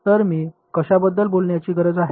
तर मी कशाबद्दल बोलण्याची गरज आहे